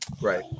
Right